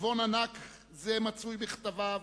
עיזבון ענק זה קיים בכתביו,